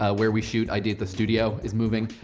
ah where we shoot idea, the studio is moving.